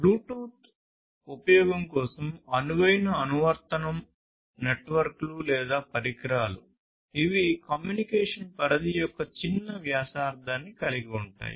Bluetooth ఉపయోగం కోసం అనువైన అనువర్తనం నెట్వర్క్లు లేదా పరికరాలు ఇవి కమ్యూనికేషన్ పరిధి యొక్క చిన్న వ్యాసార్థాన్ని కలిగి ఉంటాయి